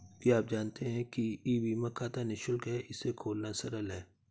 क्या आप जानते है ई बीमा खाता निशुल्क है, इसे खोलना सरल है?